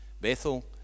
Bethel